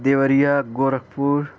Deoria Gorakhpur